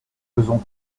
faisons